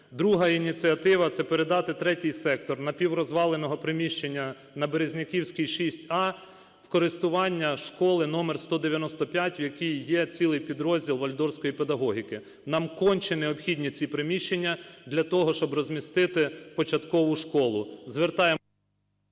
Друга ініціатива. Це передати третій сектор напіврозваленого приміщення на Березняківський, 6а в користування школи № 195, в якій є цілий підрозділ вальдорфської педагогіки. Нам конче необхідні ці приміщення для того, щоб розмістити початкову школу...